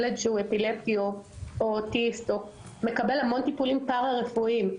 שילד אפילפטי או אוטיסט מקבל המון טיפולים פרה-רפואיים.